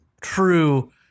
true